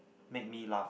make me laugh